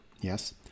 Yes